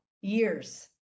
years